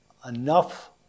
enough